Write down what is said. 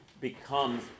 becomes